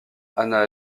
anna